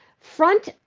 front